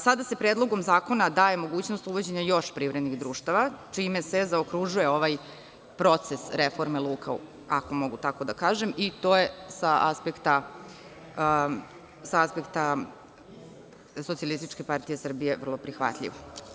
Sada se Predlogom zakona daje mogućnost uvođenja još privrednih društava, čime se zaokružuje ovaj proces reforme luka, ako mogu tako da kažem i to je sa aspekta SPS vrlo prihvatljivo.